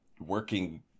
working